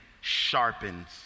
sharpens